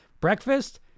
Breakfast